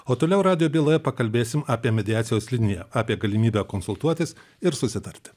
o toliau radijo byloje pakalbėsim apie mediacijos liniją apie galimybę konsultuotis ir susitarti